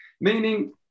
Meaning